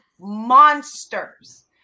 monsters